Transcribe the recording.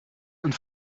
een